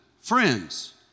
friends